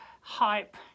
hype